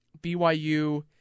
BYU